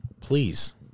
Please